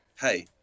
hey